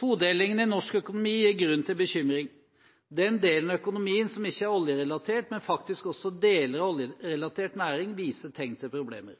Todelingen i norsk økonomi gir grunn til bekymring. Den delen av økonomien som ikke er oljerelatert, men faktisk også deler av oljerelatert næring, viser tegn til problemer.